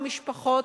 המשפחות.